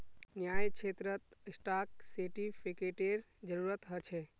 न्यायक्षेत्रत स्टाक सेर्टिफ़िकेटेर जरूरत ह छे